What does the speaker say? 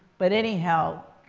but anyhow,